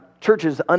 churches